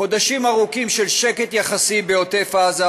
חודשים ארוכים של שקט יחסי בעוטף עזה,